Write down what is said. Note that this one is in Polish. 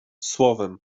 słowem